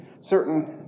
certain